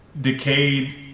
decayed